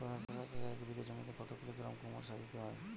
শশা চাষে এক বিঘে জমিতে কত কিলোগ্রাম গোমোর সার দিতে হয়?